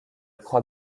crois